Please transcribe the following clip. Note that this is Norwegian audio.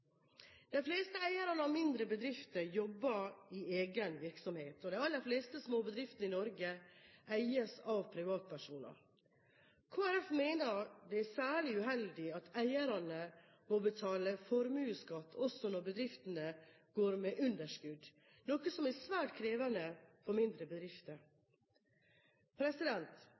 De fleste eierne av mindre bedrifter jobber i egen virksomhet, og de aller fleste småbedriftene i Norge eies av privatpersoner. Kristelig Folkeparti mener det er særlig uheldig at eierne må betale formuesskatt også når bedriftene går med underskudd, noe som er svært krevende for mindre bedrifter.